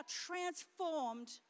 transformed